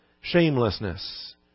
shamelessness